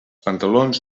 pantalons